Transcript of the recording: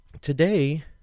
today